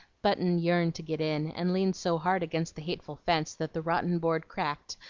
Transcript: button yearned to get in, and leaned so hard against the hateful fence that the rotten board cracked,